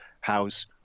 house